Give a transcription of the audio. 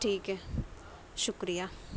ٹھیک ہے شکریہ